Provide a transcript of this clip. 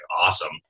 awesome